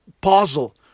puzzle